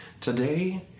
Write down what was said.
today